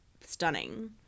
stunning